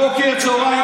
בוקר, צוהריים,